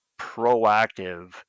proactive